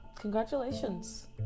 Congratulations